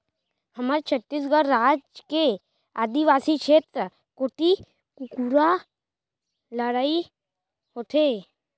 हमर छत्तीसगढ़ राज के आदिवासी छेत्र कोती कुकरा लड़ई होथे